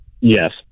Yes